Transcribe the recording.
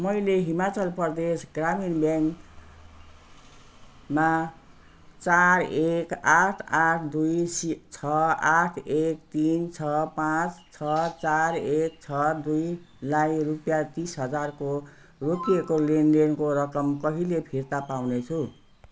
मैले हिमाचल प्रदेश ग्रामीण ब्याङ्कमा चार एक आठ आठ दुई सि छ आठ एक तिन छ पाँच छ चार एक छ दुईलाई रुपियाँ तिस हजारको रोकिएको देनदेनको रकम कहिले फिर्ता पाउनेछु